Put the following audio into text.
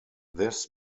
this